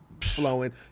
flowing